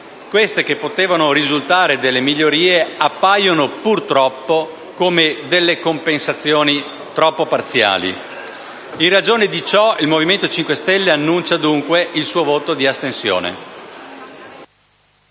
queste che potevano risultare migliorie appaiono, purtroppo, come compensazioni troppo parziali. In ragione di ciò, il Movimento 5 Stelle dichiara dunque il suo voto di astensione.